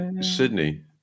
Sydney